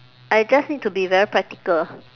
I just need to be very practical